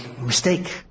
mistake